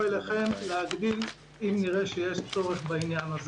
אליכם להגדיל אם נראה שיש צורך בעניין.